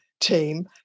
team